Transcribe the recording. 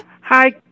Hi